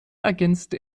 ergänzte